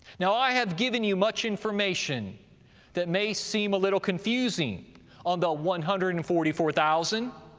now i have given you much information that may seem a little confusing on the one hundred and forty four thousand